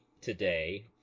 today